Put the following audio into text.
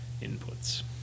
inputs